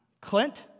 Clint